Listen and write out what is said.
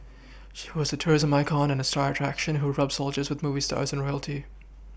she was a tourism icon and star attraction who rubbed soldiers with movie stars and royalty